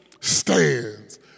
stands